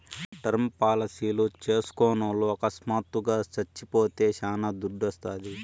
term పాలసీలు చేస్కున్నోల్లు అకస్మాత్తుగా సచ్చిపోతే శానా దుడ్డోస్తాది